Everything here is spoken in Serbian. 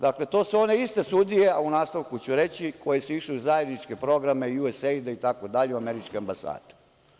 Dakle, to su one iste sudije, a u nastavku ću reći, koje su išle u zajedničke programe USAID itd, u američku ambasadu.